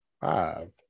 Five